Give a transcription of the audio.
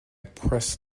pressed